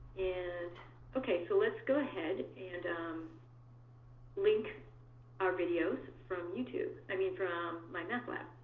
and ok so let's go ahead and um link our videos from youtube i mean from mymathlab.